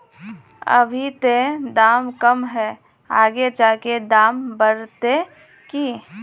अभी ते दाम कम है आगे जाके दाम बढ़ते की?